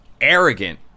arrogant